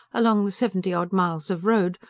along the seventy odd miles of road,